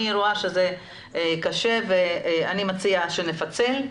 אני רואה שזה קשה ואני מציעה שנפצל,